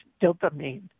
dopamine